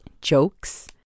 jokes